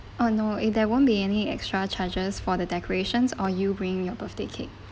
uh no it there won't be any extra charges for the decorations or you bring your birthday cake